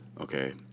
Okay